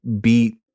beat